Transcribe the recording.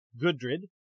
Gudrid